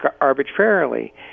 arbitrarily